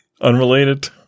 unrelated